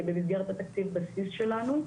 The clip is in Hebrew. במסגרת התקציב בסיס שלנו.